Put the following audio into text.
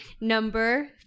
number